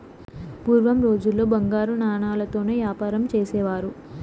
పూర్వం రోజుల్లో బంగారు నాణాలతో యాపారం చేసేవారు